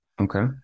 Okay